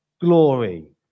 glory